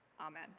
amen